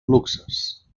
luxes